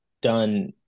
done